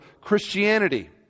Christianity